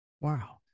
Wow